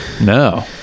No